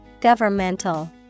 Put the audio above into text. Governmental